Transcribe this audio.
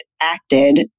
acted